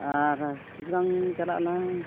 ᱟᱨ ᱡᱩᱫᱤ ᱞᱟᱝ ᱪᱟᱞᱟᱜ ᱟᱞᱟᱝ